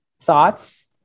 thoughts